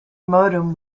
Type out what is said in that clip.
modem